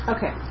Okay